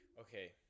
Okay